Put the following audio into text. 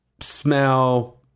smell